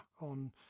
on